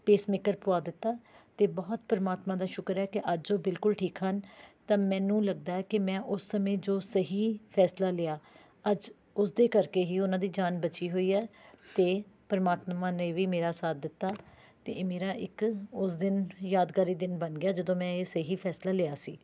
pacemaker ਪਵਾ ਦਿੱਤਾ ਅਤੇ ਬਹੁਤ ਪ੍ਰਮਾਤਮਾ ਦਾ ਸ਼ੁਕਰ ਹੈ ਕਿ ਅੱਜ ਉਹ ਬਿਲਕੁਲ ਠੀਕ ਹਨ ਤਾਂ ਮੈਨੂੰ ਲੱਗਦਾ ਹੈ ਕਿ ਮੈਂ ਉਸ ਸਮੇਂ ਜੋ ਸਹੀ ਫੈਸਲਾ ਲਿਆ ਅੱਜ ਉਸ ਦੇ ਕਰਕੇ ਹੀ ਉਹਨਾਂ ਦੀ ਜਾਨ ਬਚੀ ਹੋਈ ਹੈ ਅਤੇ ਪ੍ਰਮਾਤਮਾ ਨੇ ਵੀ ਮੇਰਾ ਸਾਥ ਦਿੱਤਾ ਅਤੇ ਇਹ ਮੇਰਾ ਇੱਕ ਉਸ ਦਿਨ ਯਾਦਗਾਰੀ ਦਿਨ ਬਣ ਗਿਆ ਜਦੋਂ ਮੈਂ ਇਹ ਸਹੀ ਫੈਸਲਾ ਲਿਆ ਸੀ